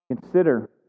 consider